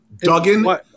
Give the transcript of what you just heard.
Duggan